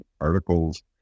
articles